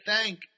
thank